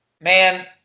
Man